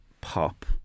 pop